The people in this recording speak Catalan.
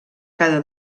cada